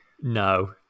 No